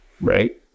Right